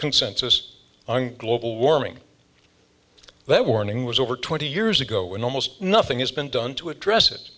consensus on global warming that warning was over twenty years ago when almost nothing has been done to address it